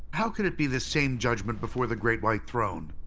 how could it be the same judgment before the great white throne?